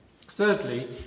Thirdly